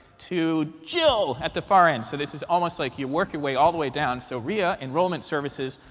to jill at the far end. so this is almost like you work your way all the way down. so rhea, enrollment services,